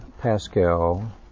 Pascal